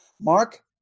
Mark